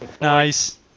Nice